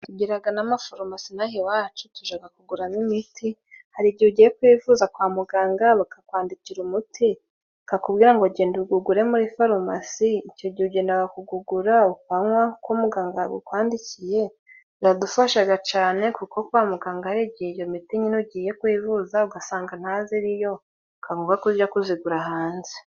Tugiraga n'amoforomasi inaha iwacu tujaga kuguramo imiti, hari igihe ugiye kwivuza kwa muganga bakakwandikira umuti bakakubwira ngo genda ugugure muri farumasi icyo gihe ugendaga kugura ukanywa uko muganga yagukwandikiye, biradufashaga cane kuko kwa muganga hari igihe iyo miti nyine ugiye kwivuza ugasanga ntaziriyo bikaba ngombwa ko uja kuzigura hanze.